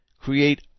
create